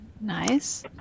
nice